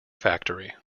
factory